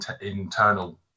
internal